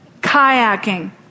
Kayaking